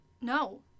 No